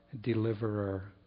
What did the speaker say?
deliverer